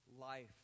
life